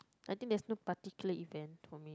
I think there's no particular event for me